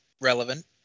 relevant